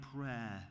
prayer